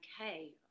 okay